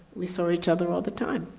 we saw each other all the time.